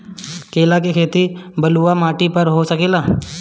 केला के खेती बलुआ माटी पर हो सकेला का?